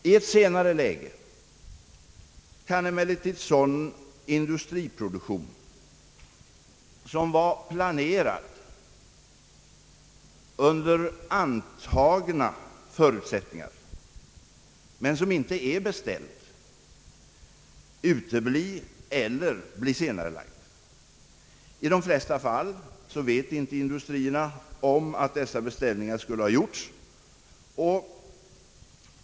I ett senare läge kan emellertid sådan industriproduktion, som var planerad under antagna förutsättningar men som inte är beställd, utebli eller bli senarelagd. I de flesta fall vet inte industrierna om att dessa beställningar skulle ha gjorts.